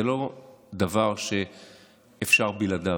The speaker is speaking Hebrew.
זה לא דבר שאפשר בלעדיו.